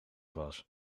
was